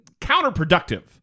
counterproductive